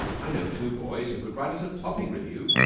i know two boys who could write us a topping revue,